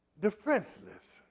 defenseless